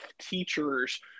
teachers